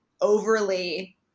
overly